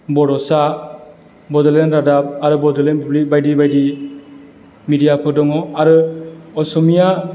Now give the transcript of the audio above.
बड'सा बड'लेण्ड रादाब आरो बड'लेण्ड बुब्लि बायदि बायदि मिडियाफोर दङ आरो असमिया